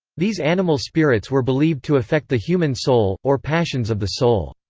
these animal spirits were believed to affect the human soul, or passions of the soul.